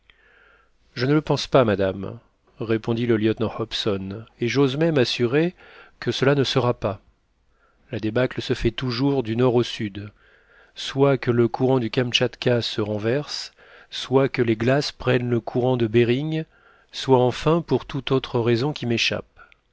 je ne le pense pas madame répondit le lieutenant hobson et j'ose même assurer que cela ne sera pas la débâcle se fait toujours du nord au sud soit que le courant du kamtchatka se renverse soit que les glaces prennent le courant de behring soit enfin pour toute autre raison qui m'échappe